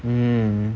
mm